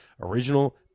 original